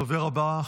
הדובר הבא,